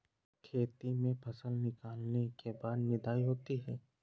खेती में फसल निकलने के बाद निदाई होती हैं?